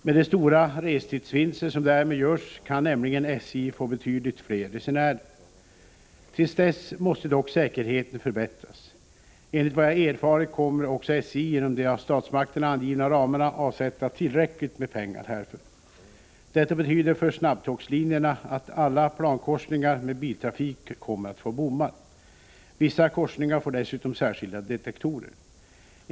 Med de stora restidsvinster som därmed görs kan nämligen SJ få betydligt fler resenärer. Till dess måste dock säkerheten förbättras. Enligt vad jag erfarit kommer också SJ inom de av statsmakterna angivna ramarna att avsätta tillräckligt med pengar härför. Detta betyder för snabbtågslinjerna att alla plankorsningar med biltrafik kommer att få bommar. Vissa korsningar får dessutom särskilda detektorer.